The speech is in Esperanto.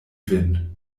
vin